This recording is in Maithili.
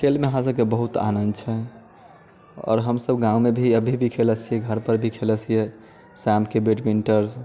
खेलमे हमरासभके बहुत आनन्द छै आओर हमसभ गाममे भी अभी भी खेलैत छियै घरपर भी खेलैत छियै शामकेँ बैडमिंटन